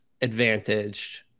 advantaged